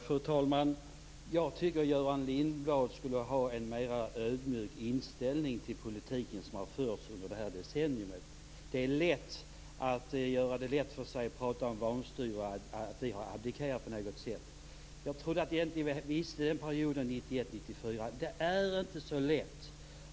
Fru talman! Jag tycker att Göran Lindblad skulle ha en mer ödmjuk inställning till den politik som har förts under det här decenniet. Det är lätt att prata om vanstyre och att vi har abdikerat. Jag trodde egentligen att vi visste vad som hände under perioden 1991 1994.